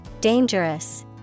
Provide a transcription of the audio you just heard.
Dangerous